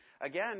Again